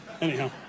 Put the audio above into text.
anyhow